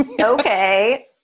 Okay